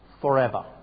forever